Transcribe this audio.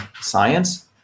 science